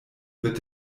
wird